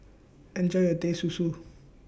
Enjoy your Teh Susu